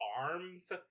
arms